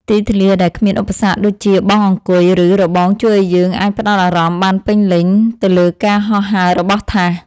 ទីធ្លាដែលគ្មានឧបសគ្គដូចជាបង់អង្គុយ ឬរបងជួយឱ្យយើងអាចផ្ដោតអារម្មណ៍បានពេញលេញទៅលើការហោះហើររបស់ថាស។